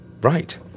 Right